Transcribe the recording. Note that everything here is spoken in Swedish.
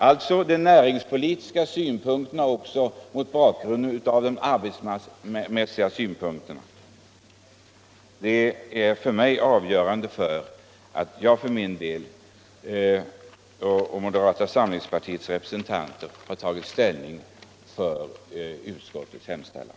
Det är de näringspolitiska synpunkterna i förening med de arbetsmarknadsmässiga som varit avgörande för mig och för de moderata representanternas ställningstagande till förmån för utskottets hemställan.